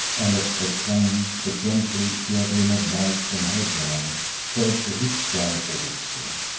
and as they clung the gentle diadem of light from her brow spread to his brow also,